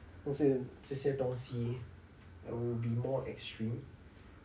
都是这些东西 err will be more extreme